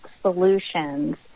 solutions